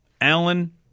Allen